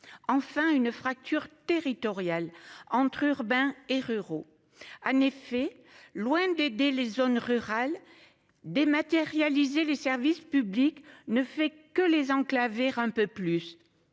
Enfin une fracture territoriale entre urbains et ruraux en effet loin d'aider les zones rurales. Dématérialisée les services publics ne fait que les enclaves. Un peu plus.